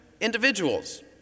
individuals